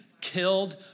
killed